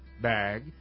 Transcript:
Bag